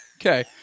Okay